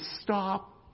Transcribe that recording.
stop